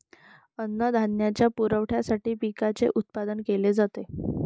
अन्नधान्याच्या पुरवठ्यासाठी पिकांचे उत्पादन केले जाते